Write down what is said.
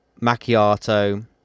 macchiato